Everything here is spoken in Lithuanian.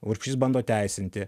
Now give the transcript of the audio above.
urbšys bando teisinti